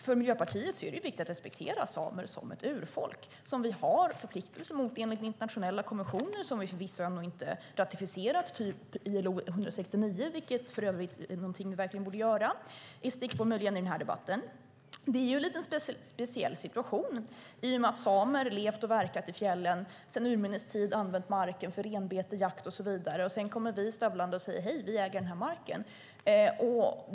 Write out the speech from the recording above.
För Miljöpartiet är det viktigt att respektera samer som ett urfolk som vi har förpliktelser mot enligt internationella konventioner, som vi förvisso ännu inte ratificerat, typ ILO 169, vilket för övrigt är någonting vi verkligen borde göra. Det är en lite speciell situation i och med att samer har levt och verkat i fjällen och sedan urminnes tider använt marken för renbete, jakt och så vidare. Sedan kommer vi stövlande och säger: Hej, vi äger den här marken.